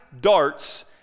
darts